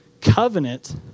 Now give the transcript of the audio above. covenant